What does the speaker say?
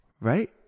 Right